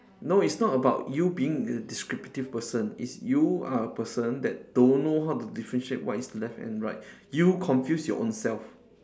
no it's not about you being a descriptive person it's you are a person that don't know how to differentiate what is left and right you confuse your own self